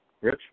Rich